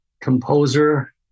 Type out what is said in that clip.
composer